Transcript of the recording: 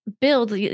build